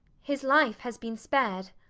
his life has been spared.